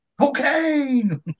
cocaine